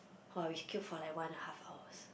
ah we queue for like one and a half hours